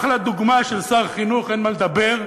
אחלה דוגמה של שר חינוך, אין מה לדבר.